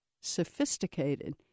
sophisticated